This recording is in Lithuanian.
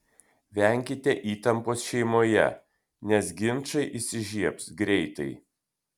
venkite įtampos šeimoje nes ginčai įsižiebs greitai